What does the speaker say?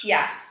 Yes